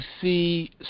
see